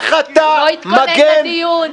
הוא לא התכונן לדיון.